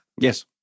Yes